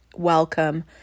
welcome